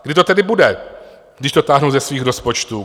Kdy to tedy bude, když to táhnou ze svých rozpočtů?